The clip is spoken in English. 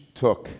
took